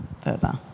further